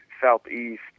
southeast